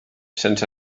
sense